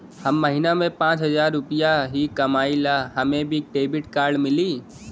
हम महीना में पाँच हजार रुपया ही कमाई ला हमे भी डेबिट कार्ड मिली?